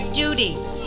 duties